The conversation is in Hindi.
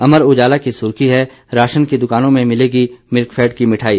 अमर उजाला की सुर्खी है राशन की दुकानों में मिलेगी मिल्कफेड की मिठाई